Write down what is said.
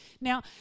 Now